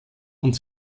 und